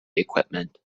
equipment